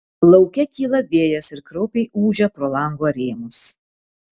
lauke kyla vėjas ir kraupiai ūžia pro lango rėmus